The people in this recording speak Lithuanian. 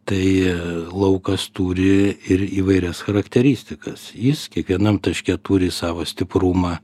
tai laukas turi ir įvairias charakteristikas jis kiekvienam taške turi savo stiprumą